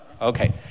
Okay